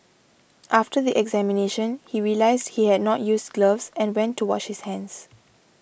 after the examination he realised he had not used gloves and went to wash his hands